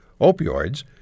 opioids